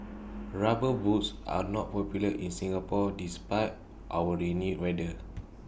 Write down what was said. rubber boots are not popular in Singapore despite our rainy weather